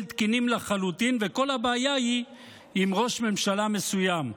תקינים לחלוטין וכל הבעיה היא עם ראש ממשלה מסוים.